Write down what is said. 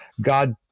God